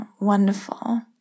wonderful